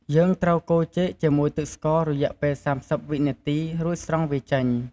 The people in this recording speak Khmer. យើងត្រូវកូរចេកជាមួយទឹកស្កររយៈ៣០វិនាទី រួចស្រង់វាចេញ។